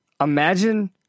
imagine